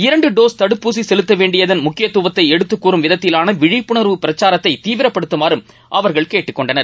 இரண்டு டோஸ் தடுப்பூசி செலுத்தவேண்டியதன் முக்கியத்துவத்தை எடுத்துக்கூறும் விதத்திலான விழிப்புணர்வு பிரச்சாரத்தை தீவிரப்படுத்தமாறும் அவர்கள் கேட்டுக்கொண்டனர்